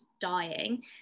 dying